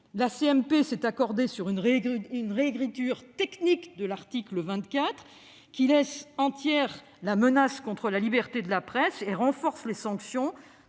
s'est accordée sur une réécriture technique de l'article 24 qui laisse entière la menace contre la liberté de la presse et renforce les sanctions